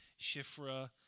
Shifra